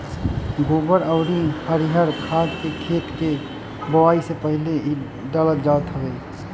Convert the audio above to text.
गोबर अउरी हरिहर खाद के खेत के बोआई से पहिले ही डालल जात हवे